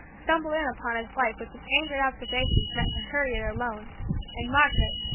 stumbled in upon his wife with some angry observations meant for her ear alone and margaret,